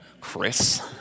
Chris